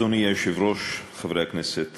אדוני היושב-ראש, חברי הכנסת